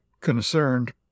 concerned